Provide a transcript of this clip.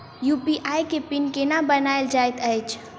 UPI केँ pin केना बनायल जाइत अछि